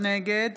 נגד